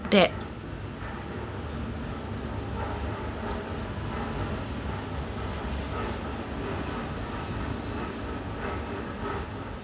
dad